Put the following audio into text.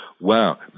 wow